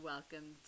Welcome